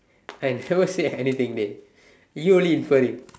I never say anything dey you only inferring